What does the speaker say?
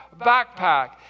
backpack